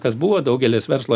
kas buvo daugelis verslo